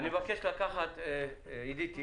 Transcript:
אני מבקש לקחת עידית,